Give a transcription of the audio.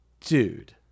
Dude